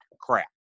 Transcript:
crap